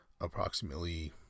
approximately